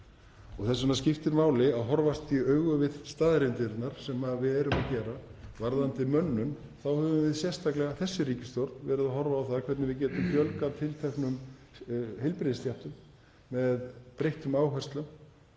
Þess vegna skiptir máli að horfast í augu við staðreyndirnar, sem við erum að gera. Varðandi mönnun þá höfum við, sérstaklega þessi ríkisstjórn, verið að horfa á það hvernig við getum fjölgað tilteknum heilbrigðisstéttum með breyttum áherslum.